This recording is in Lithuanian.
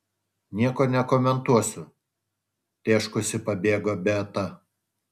nieko nekomentuosiu tėškusi pabėgo beata